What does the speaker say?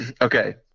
Okay